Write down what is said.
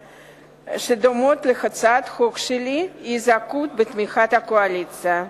שדומות להצעת חוק שלי, יזכו בתמיכת הקואליציה.